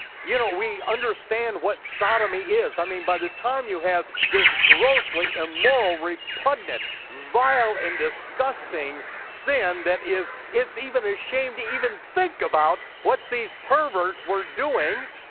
you know, we understand what sodomy is. i mean, by the time you have this grossly immoral, repugnant, vile and disgusting sin that is, it's even a shame to even think about what these perverts were doing,